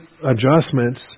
adjustments